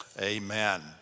Amen